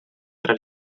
tra